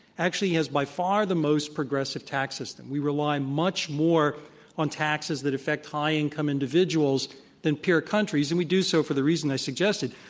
actually has, by far, the most progressive tax system. we rely much more on taxes that affect high income individuals that peer countries, and we do so for the reason i suggested.